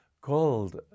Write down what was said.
called